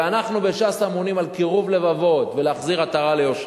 ואנחנו בש"ס אמונים על קירוב לבבות ולהחזיר עטרה ליושנה,